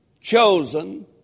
chosen